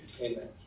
Amen